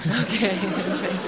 Okay